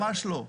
ממש לא.